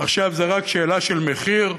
עכשיו זה רק שאלה של מחיר.